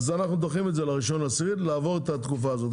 אז אנחנו דוחים את זה ל-1 באוקטובר לעבור את התקופה הזאת.